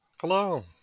Hello